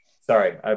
sorry